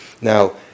Now